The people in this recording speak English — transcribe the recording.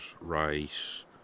rice